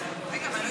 קודם כול אתכם.